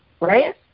right